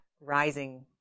rising